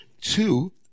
Two